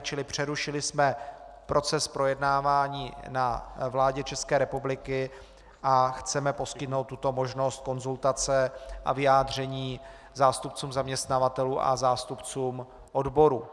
Čili přerušili jsme proces projednávání na vládě České republiky a chceme poskytnout tuto možnost konzultace a vyjádření zástupcům zaměstnavatelů a zástupcům odborů.